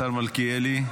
השר מלכיאלי,